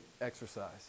exercise